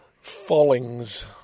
Fallings